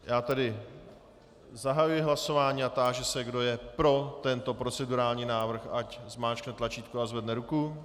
Já tedy zahajuji hlasování a táži se, kdo je pro tento procedurální návrh, ať zmáčkne tlačítko a zvedne ruku.